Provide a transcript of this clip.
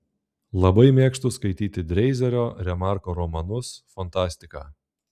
labai mėgstu skaityti dreizerio remarko romanus fantastiką